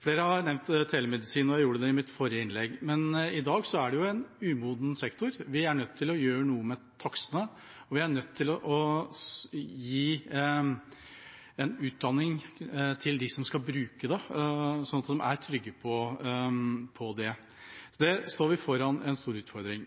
Flere har nevnt telemedisin, og det gjorde jeg også i mitt forrige innlegg, men i dag er det en umoden sektor. Vi er nødt til å gjøre noe med takstene, og vi er nødt til å gi utdanning til dem som skal bruke dette, slik at de er trygge på det, og der står vi foran en stor utfordring.